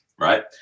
right